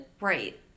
Right